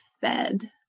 fed